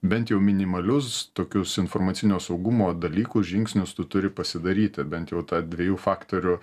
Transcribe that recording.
bent jau minimalius tokius informacinio saugumo dalykus žingsnius tu turi pasidaryti bent jau ta dviejų faktorių